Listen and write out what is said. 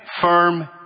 firm